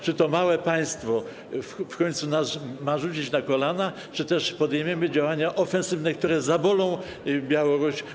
Czy to małe państwo w końcu ma nas rzucić na kolana, czy też podejmiemy działania ofensywne, które zabolą Białoruś?